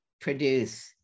produce